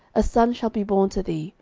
a son shall be born to thee,